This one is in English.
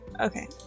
okay